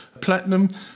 Platinum